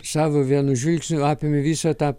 savu vienu žvilgsniu apimi visą tą